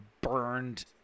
burned